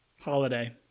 holiday